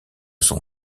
son